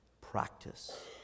practice